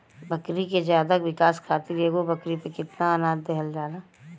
बकरी के ज्यादा विकास खातिर एगो बकरी पे कितना अनाज देहल जाला?